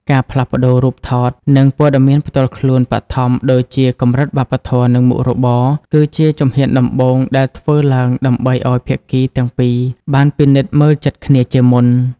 ការផ្លាស់ប្តូររូបថត និងព័ត៌មានផ្ទាល់ខ្លួនបឋមដូចជាកម្រិតវប្បធម៌ និងមុខរបរ គឺជាជំហានដំបូងដែលធ្វើឡើងដើម្បីឱ្យភាគីទាំងពីរបានពិនិត្យមើលចិត្តគ្នាជាមុន។